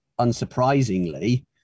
unsurprisingly